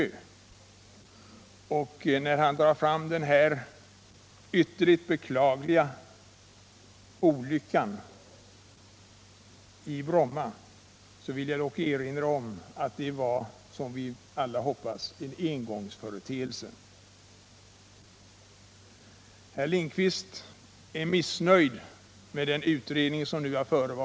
Med anledning av att han drar fram den ytterligt beklagliga olyckan i Bromma vill jag erinra om att denna dock, som vi alla hoppas, var en engångsföreteelse. Herr Lindkvist är missnöjd med den utredning som nu har genomförts.